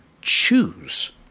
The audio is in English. choose